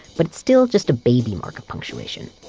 but it's still just a baby mark of punctuation.